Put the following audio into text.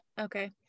Okay